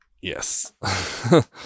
Yes